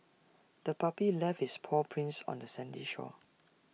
the puppy left its paw prints on the sandy shore